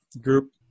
group